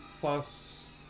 plus